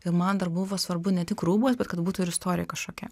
ir man dar buvo svarbu ne tik rūbas bet kad būtų ir istorija kažkokia